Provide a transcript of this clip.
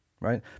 right